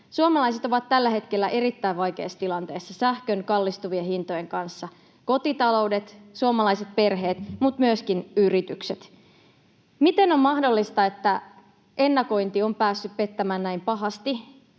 Suomalaiset ovat tällä hetkellä erittäin vaikeissa tilanteissa sähkön kallistuvien hintojen kanssa — kotitaloudet, suomalaiset perheet mutta myöskin yritykset. Miten on mahdollista, että ennakointi on päässyt pettämään näin pahasti,